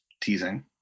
teasing